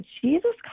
Jesus